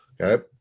okay